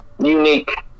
unique